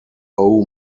owe